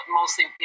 mostly